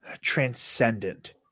transcendent